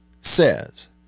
says